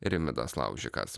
rimvydas laužikas